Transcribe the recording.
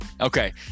okay